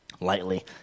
lightly